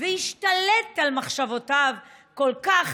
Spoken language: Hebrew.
והשתלט על מחשבותיו כל כך,